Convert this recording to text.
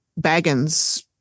Baggins